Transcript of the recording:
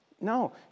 No